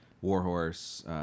Warhorse